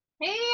Hey